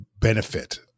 benefit